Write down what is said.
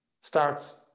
starts